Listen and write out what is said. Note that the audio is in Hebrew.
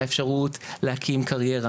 האפשרות להקים קריירה,